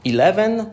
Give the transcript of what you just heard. Eleven